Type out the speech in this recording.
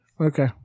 Okay